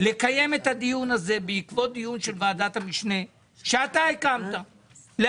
בעקבות דיון של ועדת המשנה שאתה הקמת יש